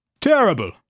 Terrible